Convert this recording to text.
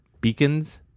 Beacons